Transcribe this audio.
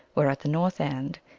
where, at the north end,